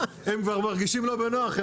הם כבר מרגישים לא בנוח,